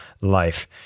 life